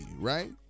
right